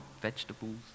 vegetables